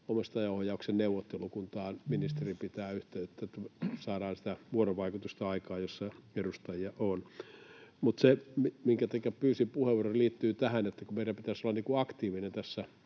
omistajaohjauksen neuvottelukuntaan, jossa edustajia on, että saadaan sitä vuorovaikutusta aikaan. Mutta se, minkä takia pyysin puheenvuoron, liittyy tähän, että meidän pitäisi olla aktiivinen tässä